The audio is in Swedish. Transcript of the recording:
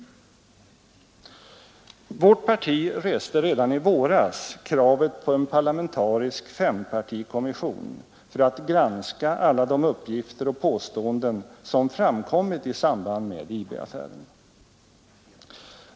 Vårt parti reste redan i våras kravet på en parlamentarisk fempartikommission för att granska alla de uppgifter och påståenden som framkommit i samband med IB-affären.